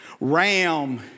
Ram